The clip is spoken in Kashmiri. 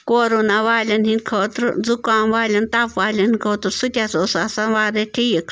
کوروٗنا والٮ۪ن ہِنٛدۍ خٲطرٕ زُکام والٮ۪ن تَپھ والٮ۪ن ۂنٛد خٲطرٕ سُہ تہِ حظ اوس آسان واریاہ ٹھیٖکھ